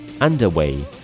Underway